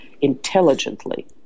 intelligently